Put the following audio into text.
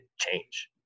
change